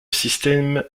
système